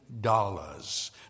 dollars